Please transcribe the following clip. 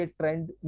trend